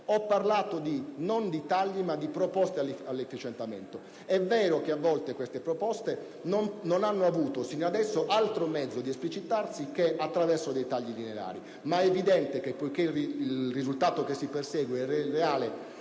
ho parlato di tagli, ma di proposte di efficientamento. È vero che a volte tali proposte non hanno avuto altro mezzo di esplicitarsi che attraverso tagli lineari, ma è evidente che poiché il risultato che si persegue è il reale